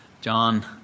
John